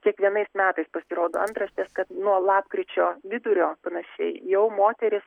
kiekvienais metais pasirodo antraštės kad nuo lapkričio vidurio panašiai jau moterys